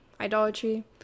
Idolatry